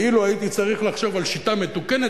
אילו הייתי צריך לחשוב על שיטה מתוקנת